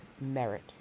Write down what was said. merit